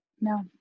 No